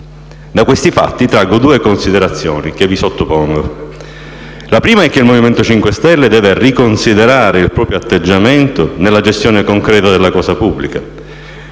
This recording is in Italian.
Da questi fatti traggo due considerazioni, che vi sottopongo. La prima è che il Movimento 5 Stelle deve riconsiderare il proprio atteggiamento nella gestione concreta della cosa pubblica,